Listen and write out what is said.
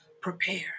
prepare